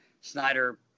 Snyder